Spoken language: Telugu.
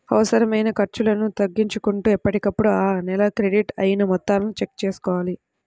అనవసరమైన ఖర్చులను తగ్గించుకుంటూ ఎప్పటికప్పుడు ఆ నెల క్రెడిట్ అయిన మొత్తాలను చెక్ చేసుకోవాలి